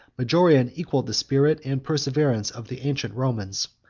majorian equalled the spirit and perseverance of the ancient romans.